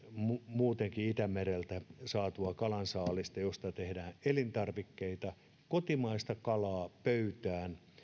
muutenkin itämereltä saatua kalansaalista josta tehdään elintarvikkeita kotimaista kalaa pöytään